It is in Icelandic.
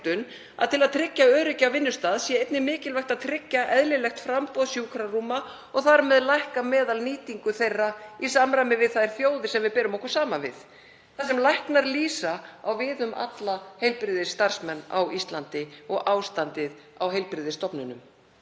að til að tryggja öryggi á vinnustað sé einnig mikilvægt að tryggja eðlilegt framboð sjúkrarúma og þar með lækka meðalnýtingu þeirra í samræmi við þær þjóðir sem við berum okkur saman. Það sem læknar lýsa á við um alla heilbrigðisstarfsmenn á Íslandi og ástandið á heilbrigðisstofnunum.